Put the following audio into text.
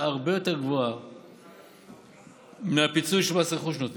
הרבה יותר גבוהה מהפיצוי שמס רכוש נותן.